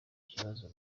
kibazo